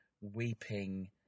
weeping